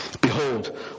Behold